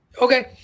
Okay